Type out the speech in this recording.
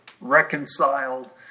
reconciled